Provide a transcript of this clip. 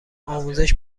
آموزش